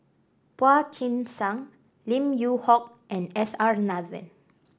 Phua Kin Siang Lim Yew Hock and S R Nathan